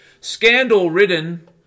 Scandal-ridden